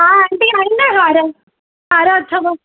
हा आंटी आहिनि न हार हार अथव